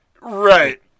right